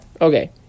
Okay